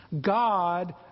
God